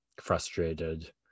frustrated